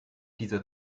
dieser